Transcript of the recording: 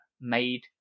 made